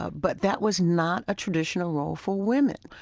but that was not a traditional role for women.